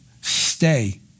stay